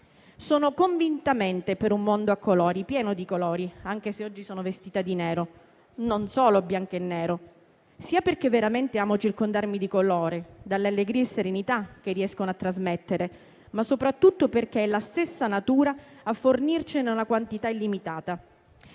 Sono convintamente per un mondo pieno di colori, anche se oggi sono vestita di nero, e non solo bianco e nero, sia perché veramente amo circondarmi di colori per l'allegria e serenità che riescono a trasmettere, ma soprattutto perché è la stessa natura a fornircene una quantità illimitata.